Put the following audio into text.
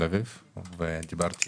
הדבר השני במענק העבודה זה מקבלי שכר נמוך.